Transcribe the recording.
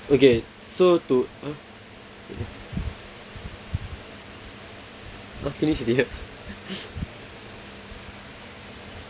okay so to uh oh finish already ah